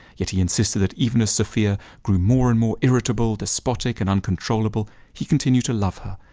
ye he insisted that even as sophia grew more and more irritable, despotic and uncontrollable he continued to love her,